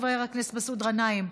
חבר הכנסת מסעוד גנאים,